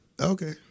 Okay